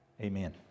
Amen